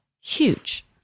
huge